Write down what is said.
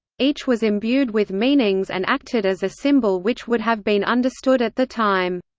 each was imbued with meanings and acted as a symbol which would have been understood at the time.